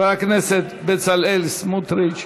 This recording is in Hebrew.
חבר הכנסת בצלאל סמוטריץ,